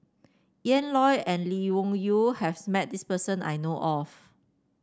Ian Loy and Lee Wung Yew has met this person I know of